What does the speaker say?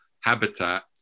habitat